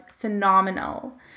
phenomenal